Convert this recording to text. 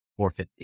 450